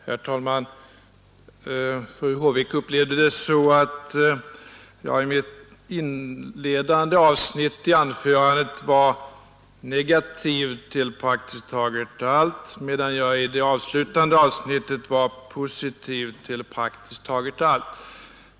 Herr talman! Fru Håvik upplevde det så att jag i det inledande avsnittet i mitt anförande var negativ till praktiskt taget allt, medan jag i det avslutande avsnittet var positiv till praktiskt taget allt.